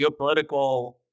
geopolitical